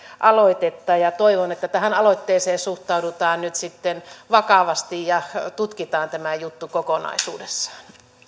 aloitetta ja toivon että tähän aloitteeseen suhtaudutaan nyt sitten vakavasti ja tutkitaan tämä juttu kokonaisuudessaan